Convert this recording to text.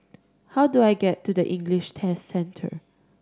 how do I get to English Test Centre